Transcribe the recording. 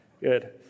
good